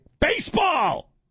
baseball